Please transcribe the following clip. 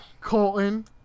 Colton